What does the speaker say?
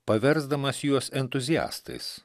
paversdamas juos entuziastais